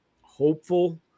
hopeful